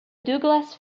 douglas